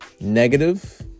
negative